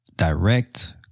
direct